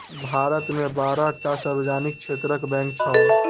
भारत मे बारह टा सार्वजनिक क्षेत्रक बैंक छै